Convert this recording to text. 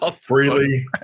Freely